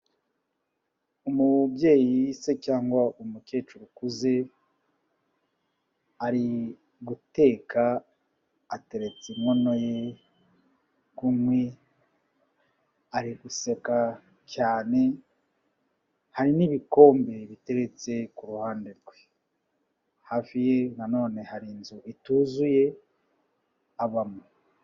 Umubyeyi se cyangwa umukecuru ukuze, ari guteka ateretse inkono ye ku nkwi, ari guseka cyane, hari n'ibikombe biteretse, ku ruhande rwe. Hafi ye nanone hari inzu ituzuye, abamo.